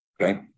Okay